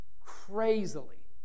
crazily